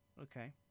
Okay